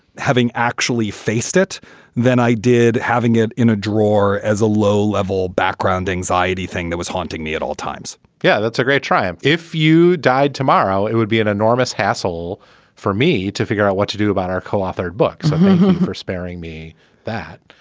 having actually faced it than i did having it in a drawer as a low level background anxiety thing that was haunting me at all times yeah, that's a great triumph if you died tomorrow. it would be an enormous hassle for me to figure out what to do about our co-authored books for sparing me that.